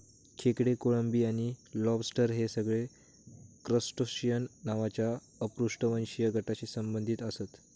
खेकडे, कोळंबी आणि लॉबस्टर हे सगळे क्रस्टेशिअन नावाच्या अपृष्ठवंशी गटाशी संबंधित आसत